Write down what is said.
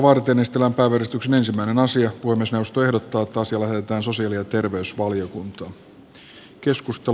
puhemiesneuvosto ehdottaa että asia lähetetään sosiaali ja terveysvaliokuntaan